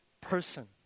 person